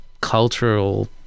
cultural